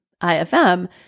IFM